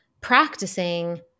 practicing